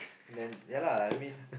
then ya lah I mean